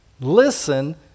listen